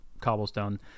cobblestone